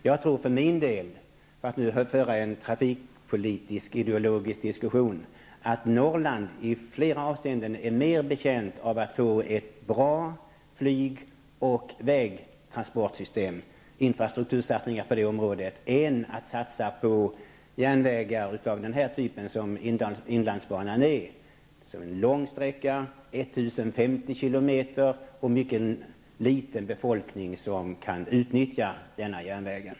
Jag tror för min del, för att nu föra en trafikpolitisk ideologisk diskussion, att Norrland i flera avseenden är mer betjänt av att få ett bra flyg och vägtransportsystem och infrastruktursatsningar på området än järnvägssatsningar av den typ som inlandsbanan utgör. Det gäller alltså en lång sträcka, 1 050 km, och en mycket liten befolkning som kan utnyttja denna järnväg.